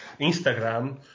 Instagram